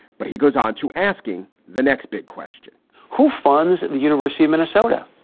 but he goes on to asking the next big question who funds the university of minnesota?